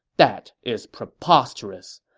that is preposterous.